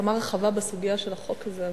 הסכמה כל כך רחבה בסוגיה של החוק הזה.